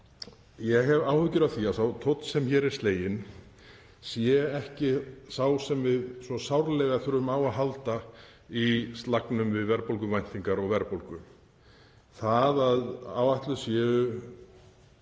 Ég hef áhyggjur af því að sá tónn sem hér er sleginn sé ekki sá sem við svo sárlega þurfum á að halda í slagnum við verðbólguvæntingar og verðbólgu. Það að áætlaður